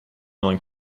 neuen